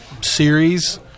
series